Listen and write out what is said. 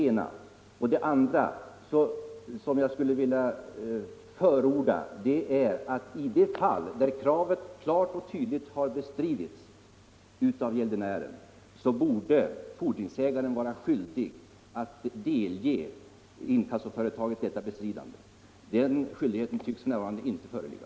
För det andra vill jag förorda att i de fall där kravet klart och tydligt har bestridits av gäldenären borde fordringsägaren vara skyldig att delge inkassoföretaget detta bestridande. Den skyldigheten tycks f.n. inte föreligga.